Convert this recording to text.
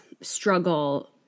struggle